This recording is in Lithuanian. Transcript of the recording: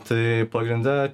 tai pagrinde